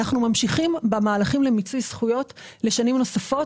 אנחנו ממשיכים במהלכים למיצוי זכויות לשנים נוספות,